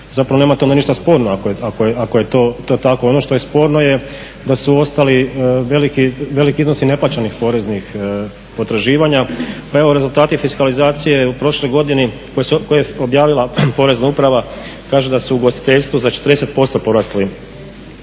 Zapravo nema u tome ništa sporno ako je to tako. Ono što je sporno je da su ostali veliki iznosi neplaćenih poreznih potraživanja, pa evo rezultati fiskalizacije u prošloj godini koje je objavila porezna uprava kaže da se u ugostiteljstvu za 40% porasli